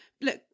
Look